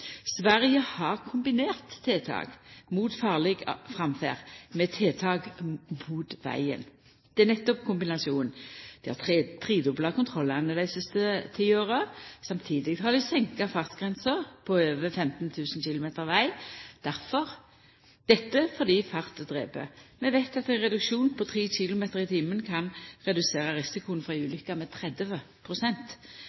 Sverige har kombinert tiltak mot farleg framferd med tiltak mot vegen – det er nettopp kombinasjonen. Dei har tredobla kontrollane dei siste ti åra. Samtidig har dei sett ned fartsgrensa på over 15 000 km veg, dette fordi fart drep. Vi veit at ein reduksjon på 3 km/t kan redusera risikoen for